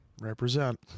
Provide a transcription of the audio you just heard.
Represent